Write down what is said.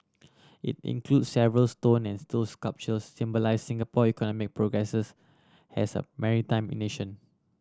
it includes several stone and steel sculptures symbolise Singapore economic progresses as a maritime in nation